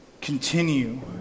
Continue